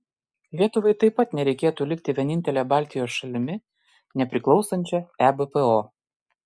lietuvai taip pat nereikėtų likti vienintele baltijos šalimi nepriklausančia ebpo